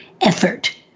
effort